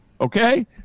Okay